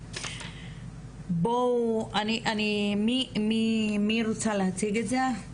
טוב, מי רוצה להציג את זה?